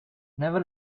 never